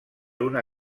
una